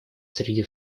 среди